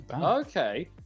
Okay